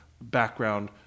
background